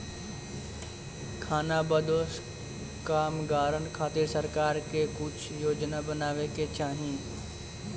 खानाबदोश कामगारन खातिर सरकार के कुछ योजना बनावे के चाही